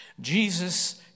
Jesus